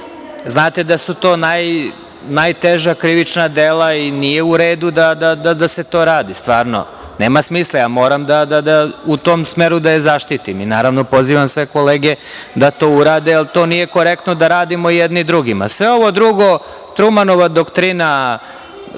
Znate da su to najteža krivična dela i nije u redu da se to radi. Nema smisla. Ja moram u tom smeru da je zaštitim. Naravno, pozivam sve kolege da to urade, jer to nije korektno da radimo jedni drugima. Sve ovo drugo, Trumanova doktrina,